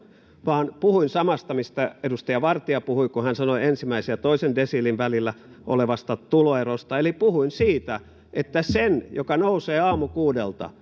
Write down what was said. vaan puhuin samasta mistä edustaja vartia puhui kun hän sanoi ensimmäisen ja toisen desiilin välillä olevasta tuloerosta eli puhuin siitä että sen joka nousee aamukuudelta